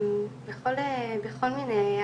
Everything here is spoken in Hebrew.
בכל מיני ערים.